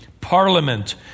Parliament